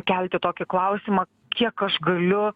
kelti tokį klausimą kiek aš galiu